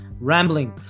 rambling